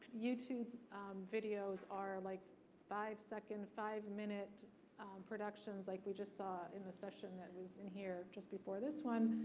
youtube videos are like five second, five minute productions like we just saw in the session that was in here just before this one.